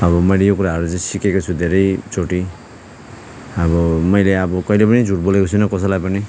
अब मैले यो कुराहरू चाहिँ सिकेको छु धेरैचोटि अब मैले अब कहिल्यै पनि झुट बोलेको छुइनँ कसैलाई पनि